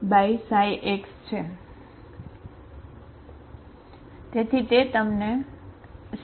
તેથી તે તમને ξx ξx આપશે બરાબર